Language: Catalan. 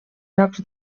jocs